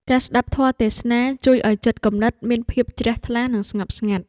ការស្ដាប់ធម៌ទេសនាជួយឱ្យចិត្តគំនិតមានភាពជ្រះថ្លា និងស្ងប់ស្ងាត់។